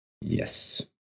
yes